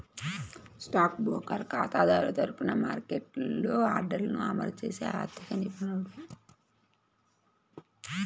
stock broker ఖాతాదారుల తరపున మార్కెట్లో ఆర్డర్లను అమలు చేసే ఆర్థిక నిపుణుడు